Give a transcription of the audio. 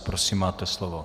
Prosím, máte slovo.